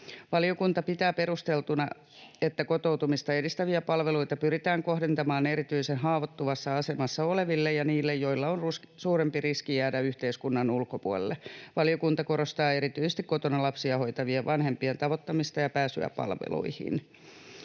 Valiokunta pitää perusteltuna, että kotoutumista edistäviä palveluita pyritään kohdentamaan erityisen haavoittuvassa asemassa oleville ja niille, joilla on suurempi riski jäädä yhteiskunnan ulkopuolelle. Valiokunta korostaa erityisesti kotona lapsia hoitavien vanhempien tavoittamista ja pääsyä palveluihin.